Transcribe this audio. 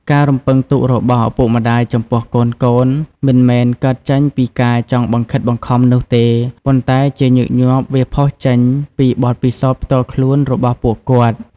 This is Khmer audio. ការរំពឹងទុករបស់ឪពុកម្ដាយចំពោះកូនៗ មិនមែនកើតចេញពីការចង់បង្ខិតបង្ខំនោះទេ ប៉ុន្តែជាញឹកញាប់វាផុសចេញពី បទពិសោធន៍ផ្ទាល់ខ្លួន របស់ពួកគាត់។